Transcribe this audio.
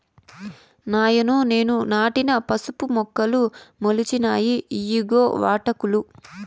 నాయనో నేను నాటిన పసుపు మొక్కలు మొలిచినాయి ఇయ్యిగో వాటాకులు